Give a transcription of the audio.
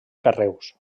carreus